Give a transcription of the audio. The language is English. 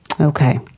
Okay